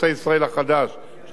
כך שהכניסה והיציאה,